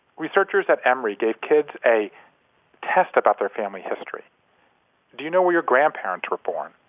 researchers at emory gave kids a test about their family history do you know where your grandparents were born?